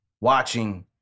watching